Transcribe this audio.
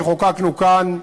שחוקקנו כאן,